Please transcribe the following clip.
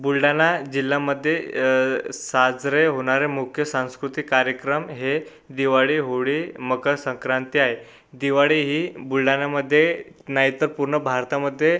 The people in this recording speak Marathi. बुलढाणा जिल्ह्यामध्ये साजरे होणारे मुख्य सांस्कृतिक कार्यक्रम हे दिवाळी होळी मकरसंक्रांती आहेत दिवाळी ही बुलढाण्यामध्ये नाही तर पूर्ण भारतामध्ये